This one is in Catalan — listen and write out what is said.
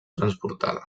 transportada